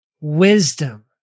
wisdom